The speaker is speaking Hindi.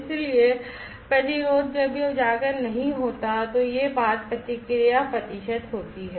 इसलिए प्रतिरोध जब यह उजागर नहीं होता है तो यह बात प्रतिक्रिया प्रतिशत होती है